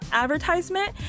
advertisement